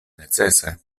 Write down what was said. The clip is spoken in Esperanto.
necese